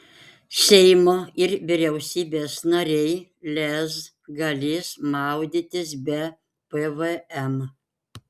seimo ir vyriausybės nariai lez galės maudytis be pvm